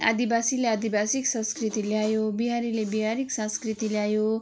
आदिवासीले आदिवासी संस्कृति ल्यायो बिहारीले बिहारीकै संस्कृति ल्यायो